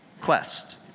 quest